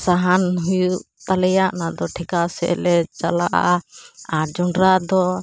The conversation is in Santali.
ᱥᱟᱦᱟᱱ ᱦᱩᱭᱩᱜ ᱛᱟᱞᱮᱭᱟ ᱚᱱᱟ ᱫᱚ ᱴᱷᱮᱠᱟᱣ ᱥᱮᱫ ᱞᱮ ᱪᱟᱞᱟᱜᱼᱟ ᱟᱨ ᱡᱚᱱᱰᱨᱟ ᱫᱚ